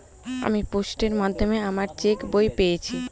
আমি পোস্টের মাধ্যমে আমার চেক বই পেয়েছি